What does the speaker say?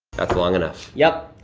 that's long enough. yup.